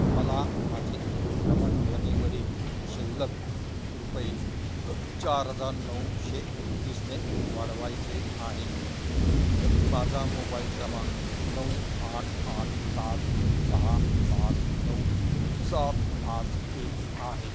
मला माझे भ्रमणध्वनीवरील शिल्लक रुपये चार हजार नऊशे एकतीसने वाढवायचे आहे माझा मोबाइल क्रमांक नऊ आठ आठ सात सहा पाच नऊ सात पाच एक आहे